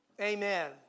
Amen